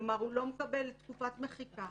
כלומר, הוא לא מקבל תקופת מחיקה.